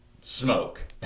smoke